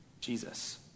Jesus